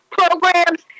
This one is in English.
programs